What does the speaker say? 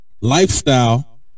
lifestyle